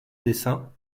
dessin